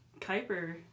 Kuiper